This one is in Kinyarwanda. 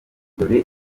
dore